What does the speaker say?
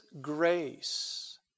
grace